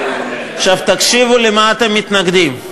עכשיו תקשיבו למה אתם מתנגדים.